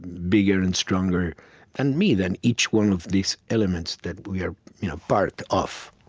bigger and stronger than me, than each one of these elements that we are part of